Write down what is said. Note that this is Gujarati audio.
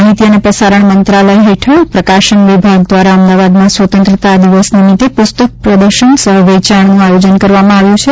માહિતી અને પ્રસારણ મંત્રાલય હેઠળના પ્રકાશન વિભાગ દ્વારા અમદાવાદમા સ્વતંત્રતા દિવસ નિમિત્તે પુસ્તક પ્રદર્શન સહ વેચાણનું આયોજન કરવામાં આવ્યું છે